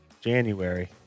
January